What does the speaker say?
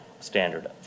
standard